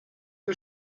der